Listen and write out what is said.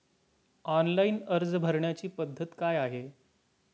Online अर्ज भरण्याची पद्धत काय आहे?